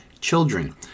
children